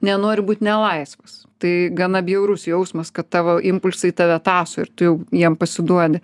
nenori būt nelaisvas tai gana bjaurus jausmas kad tavo impulsai tave tąso ir tu jau jiem pasiduodi